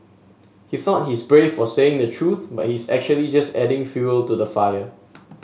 he thought he's brave for saying the truth but he's actually just adding fuel to the fire